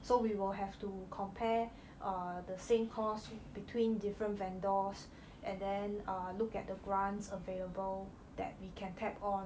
so we will have to compare err the same course between different vendors and then err look at the grants available that we can tap on